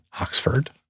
Oxford